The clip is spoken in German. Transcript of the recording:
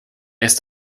ist